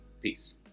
peace